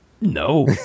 No